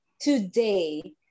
today